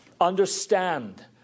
understand